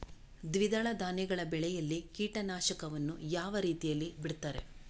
ದ್ವಿದಳ ಧಾನ್ಯಗಳ ಬೆಳೆಯಲ್ಲಿ ಕೀಟನಾಶಕವನ್ನು ಯಾವ ರೀತಿಯಲ್ಲಿ ಬಿಡ್ತಾರೆ?